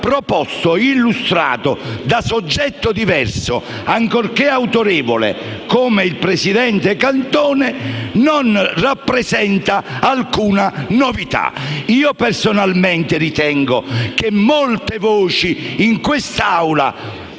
venga proposto e illustrato da soggetto diverso, ancorché autorevole, come il presidente Cantone, non rappresenta alcuna novità. Personalmente ritengo che molte voci in quest'Aula,